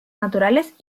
naturales